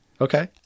Okay